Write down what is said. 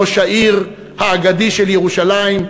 ראש העיר האגדי של ירושלים,